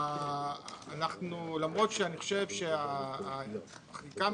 למרות שאני חושב שהחקיקה